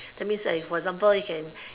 that means I for example you can